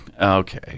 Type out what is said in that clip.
Okay